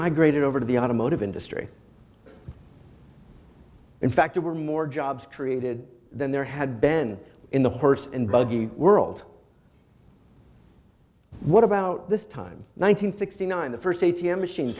migrated over to the automotive industry in fact there were more jobs created than there had been in the horse and buggy world what about this time nine hundred sixty nine the first a t m machine